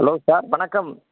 hello sir வணக்கம்